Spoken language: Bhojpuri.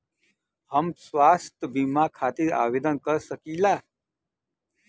हम स्वास्थ्य बीमा खातिर आवेदन कर सकीला?